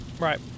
Right